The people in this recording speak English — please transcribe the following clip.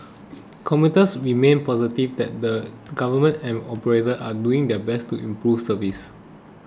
commuters remained positive that the Government and operators are doing their best to improve service